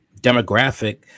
demographic